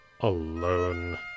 alone